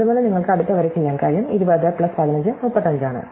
അതുപോലെ നിങ്ങൾക്ക് അടുത്ത വരി ചെയ്യാൻ കഴിയും 20 പ്ലസ് 15 35 ആണ്